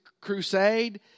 crusade